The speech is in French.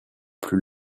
plus